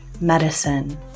medicine